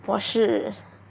我是